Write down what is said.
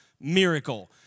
miracle